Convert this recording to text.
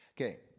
Okay